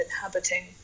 inhabiting